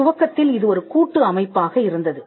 துவக்கத்தில் இது ஒரு கூட்டு அமைப்பாக இருந்தது